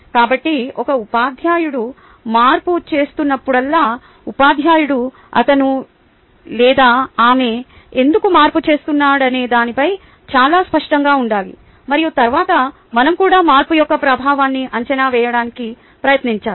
కాబట్టి ఒక ఉపాధ్యాయుడు మార్పు చేస్తున్నప్పుడల్లా ఉపాధ్యాయుడు అతను లేదా ఆమె ఎందుకు మార్పు చేస్తున్నాడనే దానిపై చాలా స్పష్టంగా ఉండాలి మరియు తరువాత మనం కూడా మార్పు యొక్క ప్రభావాన్ని అంచనా వేయడానికి ప్రయత్నించాలి